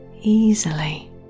easily